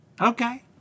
Okay